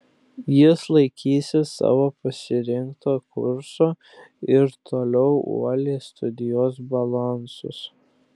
jis laikysis savo pasirinkto kurso ir toliau uoliai studijuos balansus